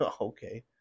Okay